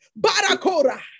Barakora